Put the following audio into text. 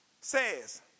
says